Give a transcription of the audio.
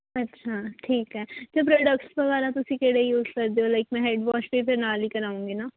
ਅੱਛਾ ਠੀਕ ਹੈ ਅਤੇ ਤੁਸੀਂ ਪ੍ਰੋਡਕਟਸ ਵਗੈਰਾ ਕਿਹੜੇ ਯੂਜ ਕਰਦੇ ਹੋ ਲਾਈਕ ਮੈਂ ਹੈਡ ਵਾਸ਼ ਵੀ ਫਿਰ ਨਾਲ ਹੀ ਕਰਵਾਉਂਗੀ ਨਾ